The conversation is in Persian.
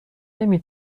نمی